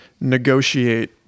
negotiate